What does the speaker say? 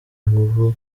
inguvu